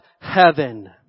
heaven